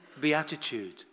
Beatitude